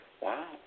wow